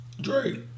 Drake